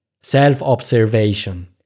self-observation